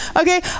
Okay